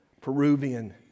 Peruvian